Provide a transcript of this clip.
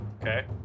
Okay